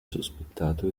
sospettato